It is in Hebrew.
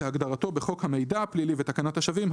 כהגדרתו בחוק המידע הפלילי ותקנת השבים,